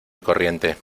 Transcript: corriente